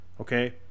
Okay